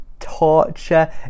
torture